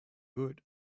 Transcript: good